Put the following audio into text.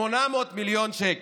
800 מיליון שקל.